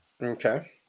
Okay